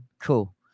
Cool